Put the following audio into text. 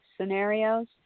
scenarios